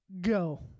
Go